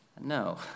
no